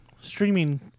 streaming